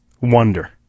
Wonder